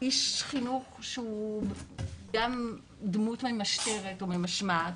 איש חינוך שהוא גם דמות ממשטרת או ממשמעת